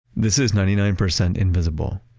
this is ninety nine percent invisible.